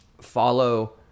follow